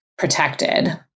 Protected